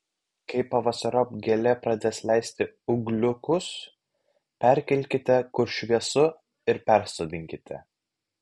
kai pavasariop gėlė pradės leisti ūgliukus perkelkite kur šviesu ir persodinkite